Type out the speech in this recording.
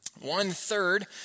One-third